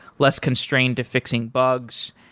less constrained to fixing bugs,